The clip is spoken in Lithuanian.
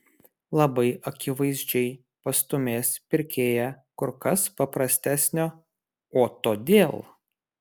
labai akivaizdžiai pastūmės pirkėją kur kas paprastesnio o todėl